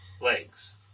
legs